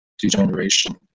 Degeneration